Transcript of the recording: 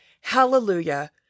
Hallelujah